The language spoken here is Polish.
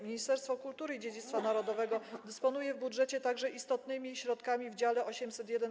Ministerstwo Kultury i Dziedzictwa Narodowego dysponuje w budżecie także istotnymi środkami w dziale 801: